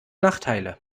nachteile